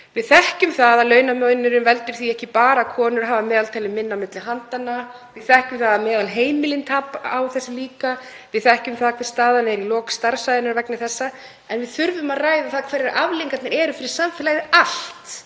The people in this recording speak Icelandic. Við þekkjum það að launamunurinn veldur því ekki bara að konur hafa að meðaltali minna milli handanna, við þekkjum það að heimilin tapa á þessu líka. Við þekkjum það hver staðan er í lok starfsævinnar vegna þessa en við þurfum að ræða það hverjar afleiðingarnar eru fyrir samfélagið allt.